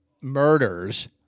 murders